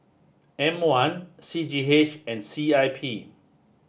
M one C G H and C I P